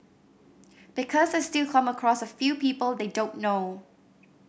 because I still come across a few people they don't know